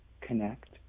connect